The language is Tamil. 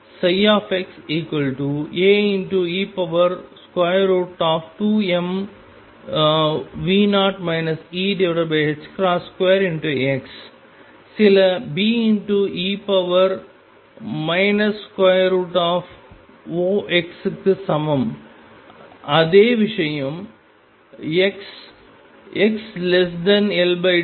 xL2 க்கான xAe2m2x சில Be √x க்கு சமம் அதே விஷயம் x xL2